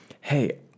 hey